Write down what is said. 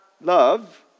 love